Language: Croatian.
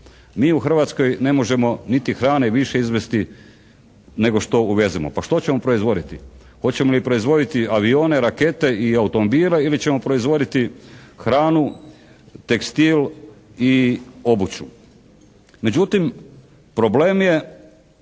Mi u Hrvatskoj ne možemo niti hrane više izvesti nego što uvezemo. Pa što ćemo proizvoditi? Hoćemo li proizvoditi avione, rakete i automobile, ili ćemo proizvoditi hranu, tekstil i obuću? Međutim, problem je